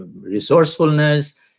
resourcefulness